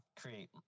create